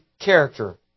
character